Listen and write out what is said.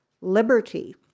liberty